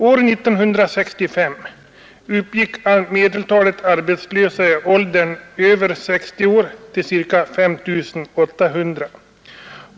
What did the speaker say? År 1965 uppgick medeltalet arbetslösa i åldern över 60 år till ca 5 800.